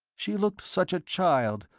she looked such a child,